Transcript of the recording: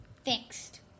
Fixed